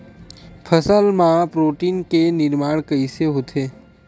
फसल मा प्रोटीन के निर्माण कइसे होथे?